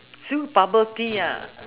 still bubble tea ah